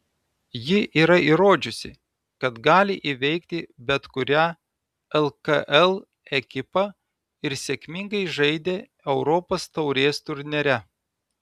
ji yra įrodžiusi kad gali įveikti bet kurią lkl ekipą ir sėkmingai žaidė europos taurės turnyre